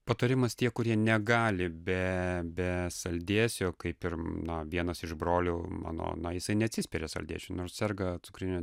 patarimas tie kurie negali be be saldėsio kaip ir na vienas iš brolių mano na jisai neatsispiria saldėsiui nors serga cukriniu